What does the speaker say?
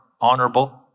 honorable